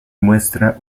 muestra